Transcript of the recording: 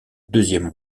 deuxième